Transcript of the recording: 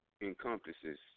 encompasses